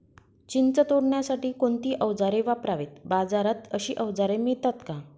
चिंच तोडण्यासाठी कोणती औजारे वापरावीत? बाजारात अशी औजारे मिळतात का?